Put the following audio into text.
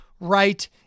right